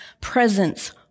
presence